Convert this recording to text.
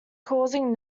causing